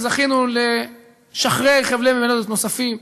זכינו לשחרר חבלי מולדת נוספים.